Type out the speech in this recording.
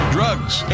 Drugs